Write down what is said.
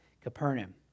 Capernaum